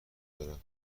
دارم